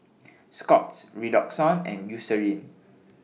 Scott's Redoxon and Eucerin